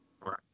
right